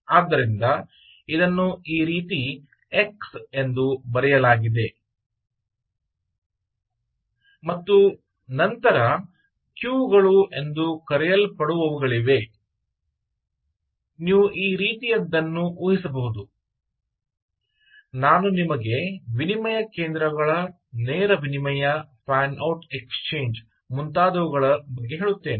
ಆದ್ದರಿಂದ ಇದನ್ನು ಈ ರೀತಿ x ಎಂದು ಬರೆಯಲಾಗಿದೆ ಮತ್ತು ನಂತರ ಕ್ಯೂ ಗಳು ಎಂದು ಕರೆಯಲ್ಪಡುವವುಗಳಿವೆ ನೀವು ಈ ರೀತಿಯದ್ದನ್ನು ಊಹಿಸಬಹುದು ನಾನು ನಿಮಗೆ ವಿನಿಮಯ ಕೇಂದ್ರಗಳ ನೇರ ವಿನಿಮಯ ಫ್ಯಾನ್ ಔಟ್ ಎಕ್ಸ್ಚೇಂಜ್ ಮುಂತಾದವುಗಳ ಬಗ್ಗೆ ಹೇಳುತ್ತೇನೆ